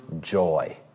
joy